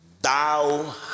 thou